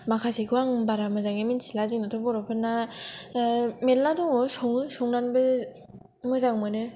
माखासेखौ आं बारा मोजांयै मिथिला जोंनाथ' बरफोरना मेरला दं संयो संनानैबो मोजां मोनो